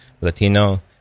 Latino